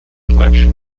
collection